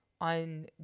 on